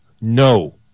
no